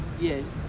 yes